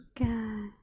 Okay